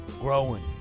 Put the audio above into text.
growing